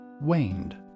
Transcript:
waned